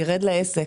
ירד לעסק.